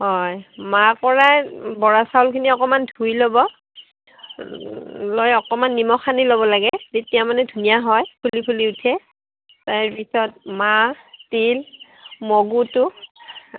হয় মাহকৰাই বৰা চাউলখিনি অকমান ধুই ল'ব লৈ অকমান নিমখ সানি ল'ব লাগে তেতিয়া মানে ধুনীয়া হয় ফুলি ফুলি উঠে তাৰ পিছত মাহ তিল মগুটো